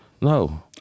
No